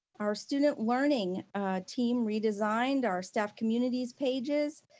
our student learning team redesigned our staff communities pages,